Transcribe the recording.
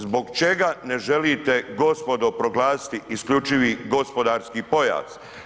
Zbog čega ne želite gospodo proglasiti isključivi gospodarski pojas?